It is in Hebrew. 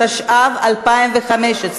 התשע"ו 2015,